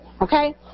okay